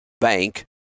bank